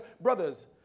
brothers